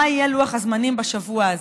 יהיה לוח הזמנים בשבוע הזה.